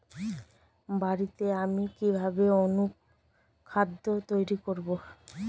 বাড়িতে আমি কিভাবে অনুখাদ্য তৈরি করব?